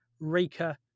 raker